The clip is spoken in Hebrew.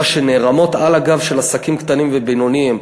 שנערמות על הגב של עסקים קטנים ובינוניים.